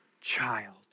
child